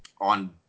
on